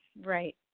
Right